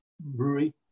brewery